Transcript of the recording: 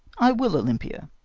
i will, olympia,